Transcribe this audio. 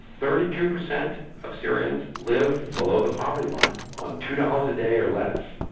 thirty two percent of syrians live below the poverty line on two dollars a day or less,